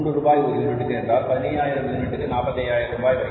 3 ரூபாய் ஒரு யூனிட்டிற்கு என்றால் 15000 யூனிட்டுக்கு 45000 ரூபாய்